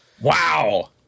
Wow